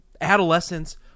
adolescence